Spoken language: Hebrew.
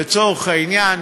לצורך העניין,